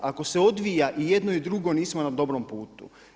Ako se odvija i jedno i drugo nismo na dobrom putu.